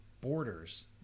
borders